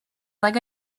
like